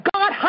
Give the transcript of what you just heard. God